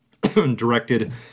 directed